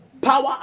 power